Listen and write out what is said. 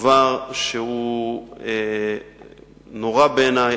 דבר שהוא נורא בעיני.